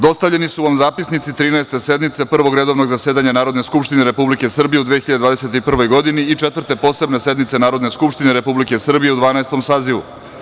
Dostavljeni su vam zapisnici Trinaeste sednice Prvog redovnog zasedanja Narodne skupštine Republike Srbije u 2021. godini i Četvrte posebne sednice Narodne skupštine Republike Srbije u Dvanaestom sazivu.